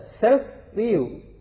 self-view